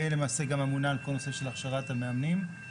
ולמעשה גם אמונה על כל נושא הכשרת המאמנים.